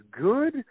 good